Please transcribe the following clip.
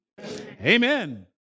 amen